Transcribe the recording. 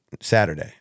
Saturday